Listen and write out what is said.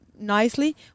Nicely